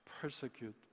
persecute